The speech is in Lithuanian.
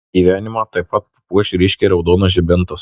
gyvenimą taip pat papuoš ryškiai raudonas žibintas